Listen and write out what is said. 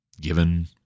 given